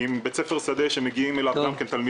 עם בית ספר שדה שמגיעים אליו תלמידים.